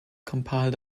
compiled